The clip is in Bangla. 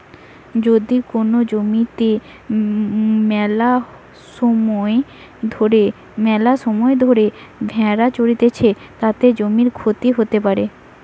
যদি কোন জমিতে মেলাসময় ধরে ভেড়া চরতিছে, তাতে জমির ক্ষতি হতে পারে